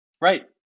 Right